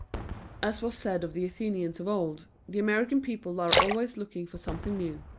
as was said of the athenians of old, the american people are always looking for something new.